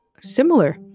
similar